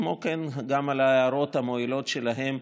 וכן על ההערות המועילות שלהם,